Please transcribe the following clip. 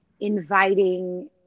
inviting